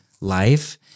life